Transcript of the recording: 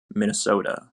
minnesota